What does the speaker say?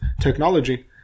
technology